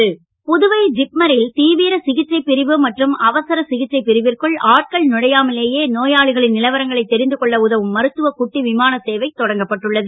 குட்டி விமானம் புதுவை ஜிப்மரில் தீவிர சிகிச்சை பிரிவு மற்றும் அவசர சிகிச்சை பிரிவிற்குள் ஆட்கள் நுழையாமலேயே நோயாளிகளின் நிலவரங்களை தெரிந்து கொள்ள உதவும் மருத்துவ குட்டி விமான சேவை தொடக்கப்பட்டுள்ளது